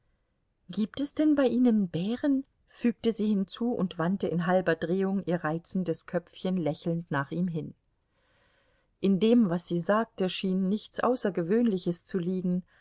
gibt es denn bei ihnen bären fügte sie hinzu und wandte in halber drehung ihr reizendes köpfchen lächelnd nach ihm hin in dem was sie sagte schien nichts außergewöhnliches zu liegen